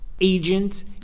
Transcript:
agent